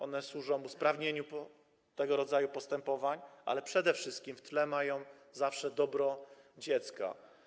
One służą usprawnieniu tego rodzaju postępowań, ale przede wszystkim w tle mają na względzie zawsze dobro dziecka.